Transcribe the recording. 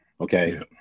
Okay